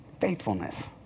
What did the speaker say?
faithfulness